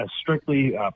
strictly